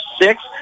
six